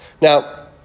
Now